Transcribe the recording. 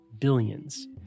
billions